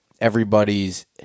everybody's